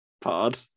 pod